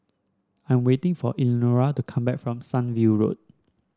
I am waiting for Elenora to come back from Sunview Road